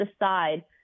decide